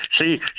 See